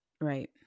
right